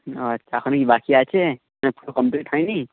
আচ্ছা এখনো কি বাকি আছে না পুরো কমপ্লিট হয় নি